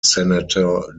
senator